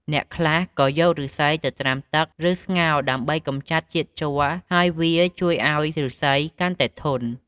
អ្នកខ្លះក៏យកឫស្សីទៅត្រាំទឹក ឬស្ងោរដើម្បីកម្ចាត់ជាតិជ័រ ហើយវាជួយឱ្យឫស្សីកាន់តែធន់ ។